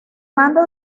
mando